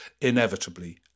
inevitably